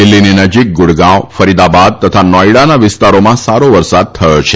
દિલ્હીની નજીક ગુડગાંવ ફરીદાબાદ તથા નોઈડાના વિસ્તારોમાં સારો વરસાદ થયો છે